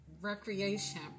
recreation